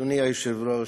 אדוני היושב-ראש,